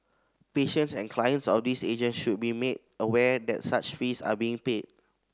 patients and clients of these agent should be made aware that such fees are being paid